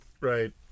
right